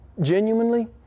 genuinely